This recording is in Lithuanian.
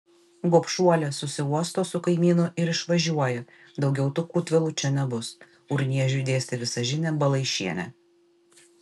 gobšuolė susiuosto su kaimynu ir išvažiuoja daugiau tų kūtvėlų čia nebus urniežiui dėstė visažinė balaišienė